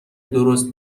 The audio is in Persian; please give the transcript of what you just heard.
درست